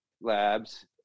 Labs